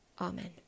Amen